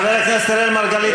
חבר הכנסת אראל מרגלית,